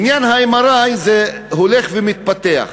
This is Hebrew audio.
עניין ה-MRI הולך ומתפתח.